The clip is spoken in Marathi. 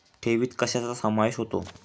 ठेवीत कशाचा समावेश होतो?